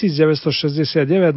1969